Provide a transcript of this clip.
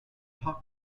talk